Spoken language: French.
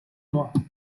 mois